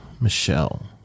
Michelle